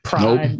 Nope